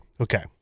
Okay